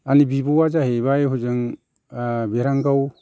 आंनि बिब'आ जाहैबाय हजों बेरहांगाव